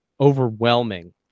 overwhelming